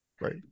right